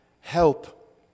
help